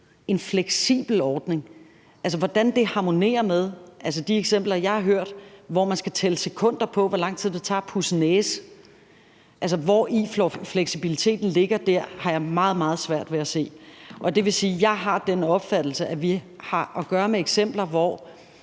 en fleksibel ordning. Hvordan det harmonerer med de eksempler, jeg har hørt, hvor man skal tælle sekunder på, hvor lang tid det tager at pudse næse, altså hvori fleksibiliteten ligger dér, har jeg meget, meget svært ved at se. Og det vil sige, at jeg har den opfattelse, at vi har at gøre med eksempler, hvor